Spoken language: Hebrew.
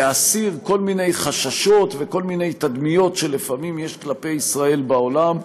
להסיר כל מיני חששות וכל מיני תדמיות שלפעמים יש כלפי ישראל בעולם.